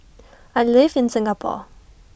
I live in Singapore